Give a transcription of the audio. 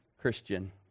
Christian